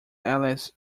alice